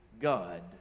God